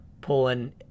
pulling